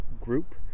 group